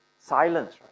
Silence